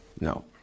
No